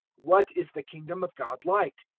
what is the kingdom of god like?